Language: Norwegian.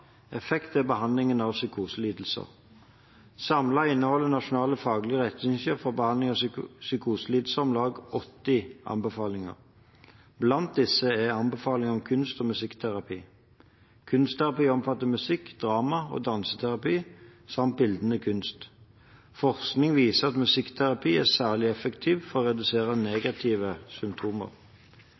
effekt ved behandling av psykoselidelser. Samlet inneholder Nasjonal faglig retningslinje for behandling av psykoselidelser om lag 80 anbefalinger. Blant disse er anbefalingen om kunst- og musikkterapi. Kunstterapi omfatter musikk-, drama- og danseterapi samt bildende kunst. Forskning viser at musikkterapi er særlig effektivt for å redusere negative symptomer.